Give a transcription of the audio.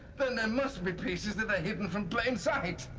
then there must be pieces that are hidden from plain sight.